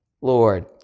Lord